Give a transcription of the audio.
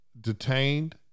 detained